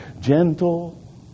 Gentle